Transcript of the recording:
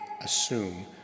assume